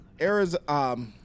Arizona